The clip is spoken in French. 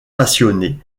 passionné